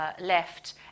left